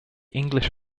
english